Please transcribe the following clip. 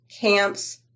camps